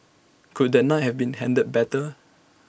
could that night have been handled better